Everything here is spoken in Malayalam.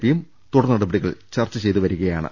പിയും തുടർ നടപടികൾ ചർച്ച ചെയ്തുവരിക യാണ്